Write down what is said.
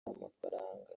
amafaranga